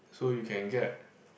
so you can get